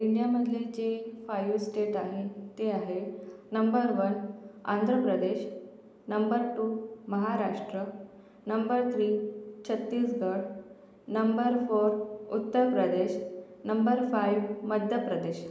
इंडियामधले जे five state आहे ते आहेत number one Andhra Pradesh number two Maharashtra number three Chhattisgarh number four Uttar Pradesh number five Madhya प्रदेश